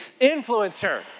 influencer